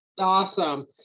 Awesome